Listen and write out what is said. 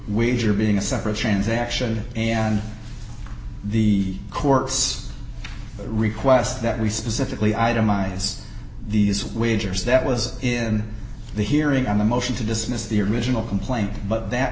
we are being a separate transaction and the courts request that we specifically itemize these wagers that was in the hearing on the motion to dismiss the original complaint but that